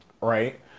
right